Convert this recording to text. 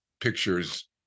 pictures